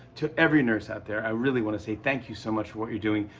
to every nurse out there, i really wanna say thank you so much for what you're doing.